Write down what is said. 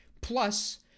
Plus